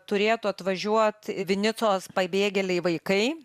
turėtų atvažiuot vinicos pabėgėliai vaikai